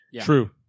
True